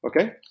Okay